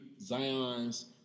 Zion's